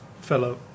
fellow